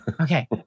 Okay